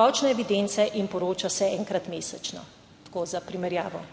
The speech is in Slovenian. ročne evidence in poroča se enkrat mesečno, tako za primerjavo.